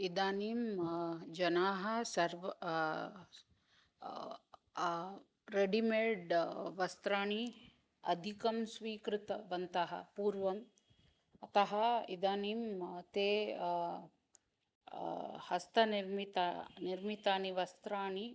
इदानीं जनाः सर्वं स रेडिमेड् वस्त्राणि अधिकं स्वीकृतवन्तः पूर्वं तः इदानीं ते हस्तनिर्मितं निर्मितानि वस्त्राणि